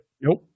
Nope